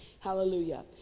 Hallelujah